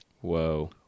whoa